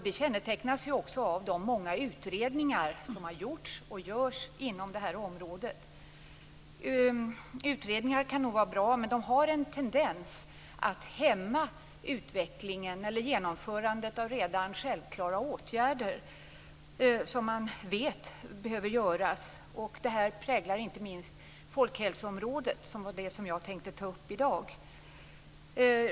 Det märks ju också på de många utredningar som har gjorts och görs inom det här området. Det kan nog vara bra med utredningar, men de har en tendens att hämma utvecklingen eller genomförandet av redan självklara åtgärder, dvs. åtgärder som man vet behöver göras. Detta präglar inte minst folkhälsoområdet som jag tänkte ta upp i dag.